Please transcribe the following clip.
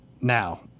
now